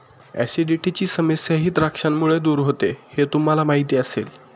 ऍसिडिटीची समस्याही द्राक्षांमुळे दूर होते हे तुम्हाला माहिती असेल